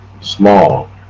small